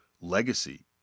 legacy